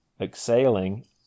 exhaling